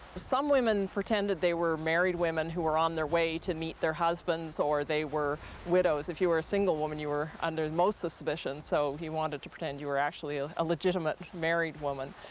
some women pretended they were married women who were on their way to meet their husbands. or they were widows. if you were a single woman you were under the most suspicion, so you wanted to pretend you were actually ah a legitimate married woman.